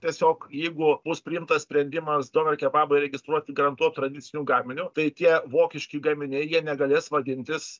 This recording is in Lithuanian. tiesiog jeigu bus priimtas sprendimas doner kebabą įregistruot garantuo tradiciniu gaminiu tai tie vokiški gaminiai jie negalės vadintis